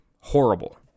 horrible